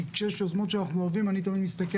כשיש יוזמות שאנחנו אוהבים אני תמיד מסתכל